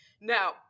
Now